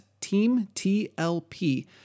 teamtlp